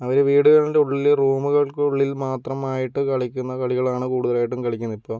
അവർ വീടുകളുടെ ഉള്ളിൽ റൂമുകൾക്ക് ഉള്ളിൽ മാത്രമായിട്ട് കളിക്കുന്ന കളികളാണ് കൂടുതലായിട്ടും കളിക്കുന്നത് ഇപ്പോൾ